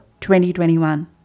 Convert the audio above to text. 2021